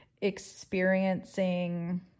experiencing